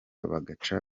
bagaca